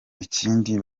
ikindi